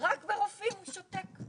רק ברופאים הוא שותק.